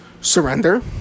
surrender